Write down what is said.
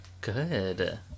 Good